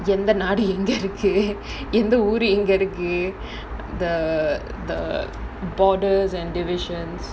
எந்த நாடு எங்க இருக்கு எந்த ஊரு எங்க இருக்கு:entha naadu enga iruku entha ooru enga iruku the the borders and divisions